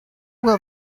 will